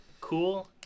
Cool